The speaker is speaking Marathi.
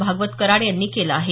भागवत कराड यांनी केलं आहे